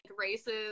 races